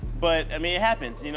but, i mean, it happens. you know